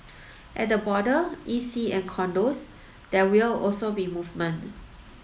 at the border E C and condos there will also be movement